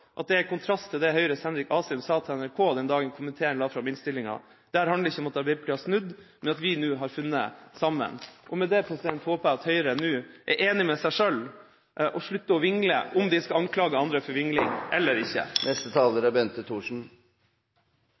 at dette står i kontrast til det Høyres Henrik Asheim sa til NRK den dagen komiteen la fram innstillinga. Dette handler ikke om at Arbeiderpartiet har snudd, men om at vi nå har funnet sammen. Med det håper jeg at Høyre nå er enig med seg selv og slutter å vingle – om de anklager andre for vingling eller ikke.